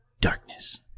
darkness